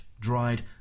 dried